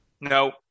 No